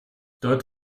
dort